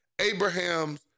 Abraham's